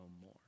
more